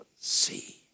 see